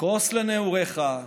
כוס לנעוריך,